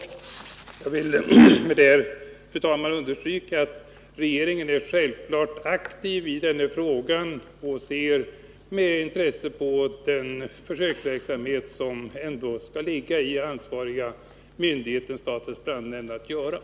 Med detta vill jag, fru talman, understryka att regeringen självfallet är aktiv i denna fråga och att den ser med intresse på den försöksverksamhet som det åligger den ansvariga myndigheten, statens brandnämnd, att genomföra.